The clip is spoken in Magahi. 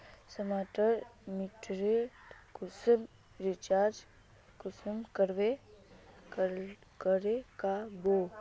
स्मार्ट मीटरेर कुंसम रिचार्ज कुंसम करे का बो?